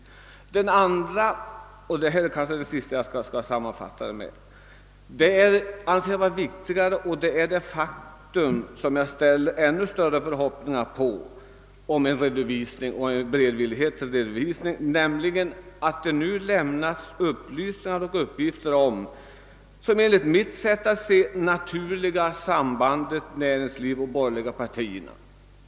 För det andra — och med det skall jag sammanfatta vad jag tänkt säga — kan man ställa ännu större förhoppningar till beredvilligheten till en offentlig redovisning därför att det nu lämnats uppgifter om det naturliga sambandet mellan näringslivet och de borgerliga partierna.